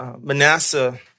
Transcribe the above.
Manasseh